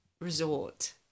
resort